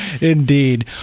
Indeed